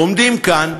עומדים כאן,